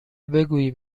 بگوییم